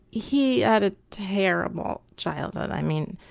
he had a terrible childhood, i mean,